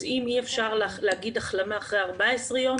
אז אם אי אפשר להגיד החלמה אחרי 14 יום,